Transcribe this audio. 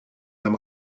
beim